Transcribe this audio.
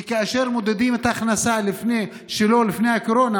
כי כאשר מודדים את ההכנסה שלו לפני הקורונה,